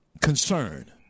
concern